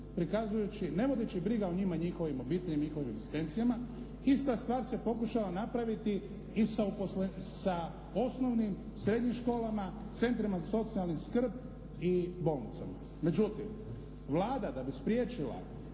prikazujući, ne vodeći brigu o njima i njihovim obiteljima, njihovim egzistencijama. Ista stvar se pokušala napraviti i sa osnovnim, srednjim školama, centrima za socijalnu skrb i bolnicama. Međutim, Vlada da bi spriječila